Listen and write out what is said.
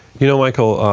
you know michael,